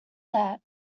that